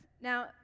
Now